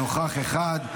נוכח אחד.